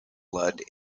blood